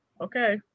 okay